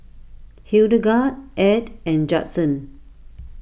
Hildegard Edd and Judson